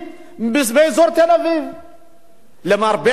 למרבה הפלא, האמת, אפשר לזהות אותם,